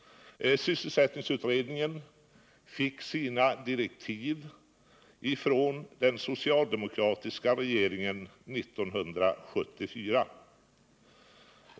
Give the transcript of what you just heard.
Sysselsättningsutredningen fick sina direktiv från den socialdemokratiska regeringen 1974.